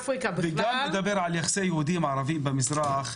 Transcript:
וגם אם נדבר על יחסי יהודים-ערבים במזרח,